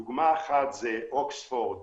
דוגמה אחת היא אוקספורד